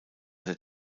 der